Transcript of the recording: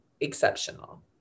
exceptional